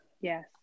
yes